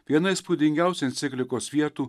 viena įspūdingiausių enciklikos vietų